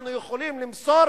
אנחנו יכולים למסור